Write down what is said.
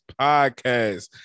podcast